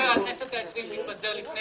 הכנסת ה-20 תתפזר לפני